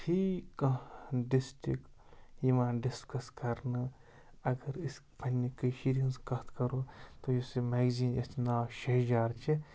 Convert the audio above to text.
فی کانٛہہ ڈِسٹرک یِوان ڈِسکَس کَرنہٕ اگر أسۍ پَنٛنہِ کٔشیٖرِ ہِنٛز کَتھ کَرو تہٕ یُس یہِ میگزیٖن یَتھ ناو شہجار چھِ